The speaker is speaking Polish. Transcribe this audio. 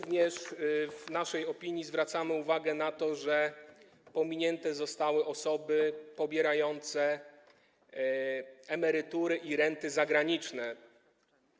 W naszej opinii zwracamy również uwagę na to, że pominięte zostały osoby pobierające emerytury i renty zagraniczne.